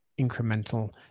incremental